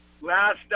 Last